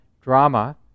drama